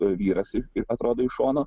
vyras ir atrodo iš šono